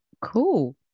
Cool